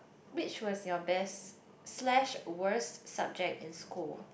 which was your best slash worst subject in school